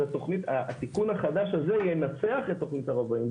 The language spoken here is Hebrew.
אז הסיכום החדש הזה ינצח את תכנית הרובעים.